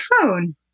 phone